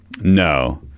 No